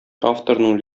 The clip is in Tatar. авторның